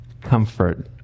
comfort